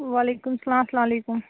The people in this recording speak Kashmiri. وعلیکُم سلام اَسلام علیکُم